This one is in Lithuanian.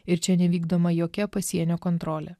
ir čia nevykdoma jokia pasienio kontrolė